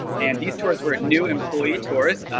and these tours were new employee tours,